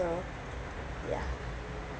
yeah